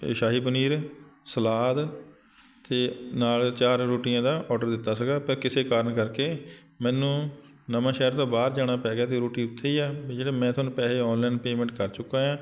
ਇਹ ਸ਼ਾਹੀ ਪਨੀਰ ਸਲਾਦ ਅਤੇ ਨਾਲ ਚਾਰ ਰੋਟੀਆਂ ਦਾ ਔਡਰ ਦਿੱਤਾ ਸੀਗਾ ਪਰ ਕਿਸੇ ਕਾਰਨ ਕਰਕੇ ਮੈਨੂੰ ਨਵਾਂਸ਼ਹਿਰ ਤੋਂ ਬਾਹਰ ਜਾਣਾ ਪੈ ਗਿਆ ਅਤੇ ਰੋਟੀ ਉੱਥੇ ਹੀ ਆ ਵੀ ਜਿਹੜੇ ਮੈਂ ਤੁਹਾਨੂੰ ਪੈਸੇ ਔਨਲਾਈਨ ਪੇਮੈਂਟ ਕਰ ਚੁੱਕਾ ਹਾਂ